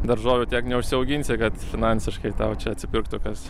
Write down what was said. daržovių tiek neužsiauginsi kad finansiškai tau čia atsipirktų kas